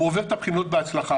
הוא עובר את הבחינות בהצלחה,